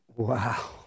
Wow